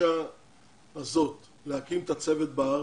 בבקשה להקים את הצוות בארץ